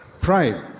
Pride